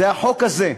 זה החוק הזה,